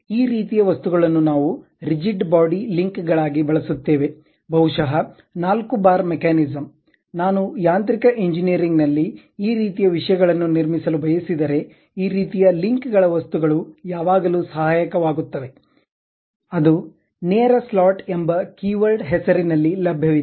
ಆದ್ದರಿಂದ ಈ ರೀತಿಯ ವಸ್ತುಗಳನ್ನು ನಾವು ರಿಜಿಡ್ ಬಾಡಿ ಲಿಂಕ್ ಗಳಿಗಾಗಿ ಬಳಸುತ್ತೇವೆ ಬಹುಶಃ ನಾಲ್ಕು ಬಾರ್ ಮೆಕ್ಯಾನಿಸಂ ನಾನು ಯಾಂತ್ರಿಕ ಎಂಜಿನಿಯರಿಂಗ್ ನಲ್ಲಿ ಈ ರೀತಿಯ ವಿಷಯಗಳನ್ನು ನಿರ್ಮಿಸಲು ಬಯಸಿದರೆ ಈ ರೀತಿಯ ಲಿಂಕ್ ಗಳ ವಸ್ತುಗಳು ಯಾವಾಗಲೂ ಸಹಾಯಕವಾಗುತ್ತವೆ ಅದು ನೇರ ಸ್ಲಾಟ್ ಎಂಬ ಕೀವರ್ಡ್ ಹೆಸರಿನಲ್ಲಿ ಲಭ್ಯವಿದೆ